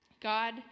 God